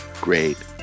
great